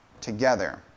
together